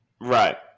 right